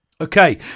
Okay